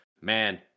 man